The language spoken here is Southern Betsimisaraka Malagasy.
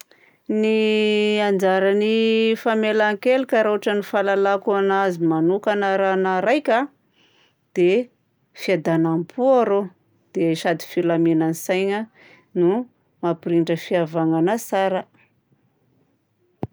Ny anjaran'ny famelan-keloka raha ôtran'ny fahalalako azy manokagna raha anahy raika dia fiadanam-po arô, dia sady filaminan-tsaigna no mampirindra fihavanagna tsara.